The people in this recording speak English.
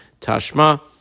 Tashma